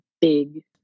big